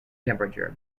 temperature